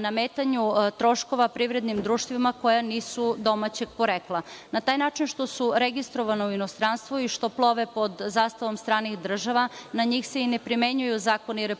nametanju troškova privrednim društvima koja nisu domaćeg porekla. Na taj način što su registrovana u inostranstvu i što plove pod zastavom stranih država, na njih se i ne primenjuju zakoni Republike